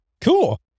Cool